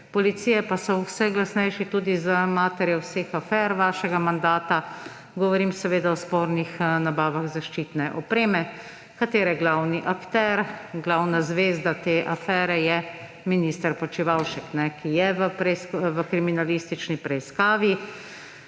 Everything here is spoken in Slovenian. policije pa so vse glasnejši tudi za mater vseh afer vašega mandata. Govorim seveda o spornih nabavah zaščitne opreme, katere glavni akter, glavna zvezda te afere je minister Počivalšek, ki je v kriminalistični preiskavi